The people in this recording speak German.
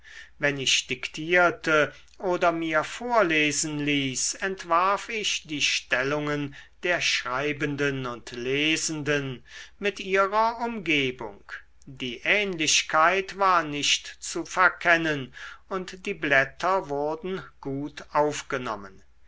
wenn ich diktierte oder mir vorlesen ließ entwarf ich die stellungen der schreibenden und lesenden mit ihrer umgebung die ähnlichkeit war nicht zu verkennen und die blätter wurden gut aufgenommen